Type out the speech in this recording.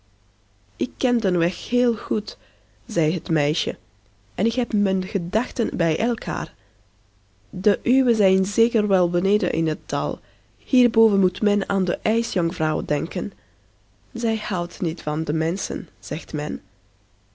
ik ken den weg heel goed zei het meisje en ik heb mijn gedachten bij elkaar de uwe zijn zeker wel beneden in het dal hierboven moet men aan de ijsjonkvrouw denken zij houdt niet van de menschen zegt men